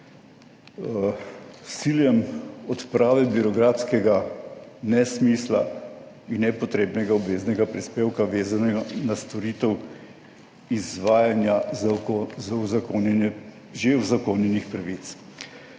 ciljem odprave birokratskega nesmisla in nepotrebnega obveznega prispevka, vezanega na storitev izvajanja za uzakonjanje že